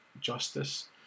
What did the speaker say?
justice